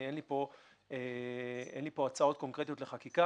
אין לי פה הצעות קונקרטיות לחקיקה.